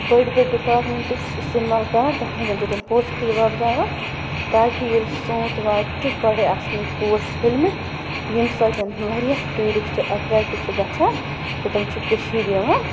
بٔڑۍ بٔڑۍ ڈِپارٹمٮ۪نٹہٕ چھِ اِستعمال کَران تَتھ منٛز چھِ تِم پوشہِ کُلۍ وۄپداوان تاکہِ ییٚلہِ سونتھ واتہِ تہِ گۄڈے آسن ییٚتہِ پوش پھٔلۍ مٕتۍ ییٚمہِ سۭتۍ واریاہ ٹوٗرِسٹ اٹرٮ۪کٹہٕ چھِ گژھان تہِ تِم چھِ کَشیٖرِ یِوان